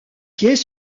pieds